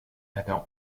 adam